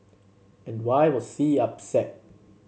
and why was C upset